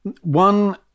one